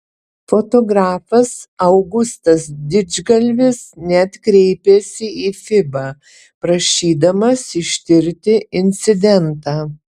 fotografas augustas didžgalvis net kreipėsi į fiba prašydamas ištirti incidentą